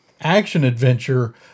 action-adventure